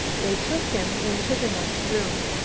they took him into the next room,